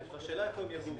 והשאלה היא איפה הם יגורו.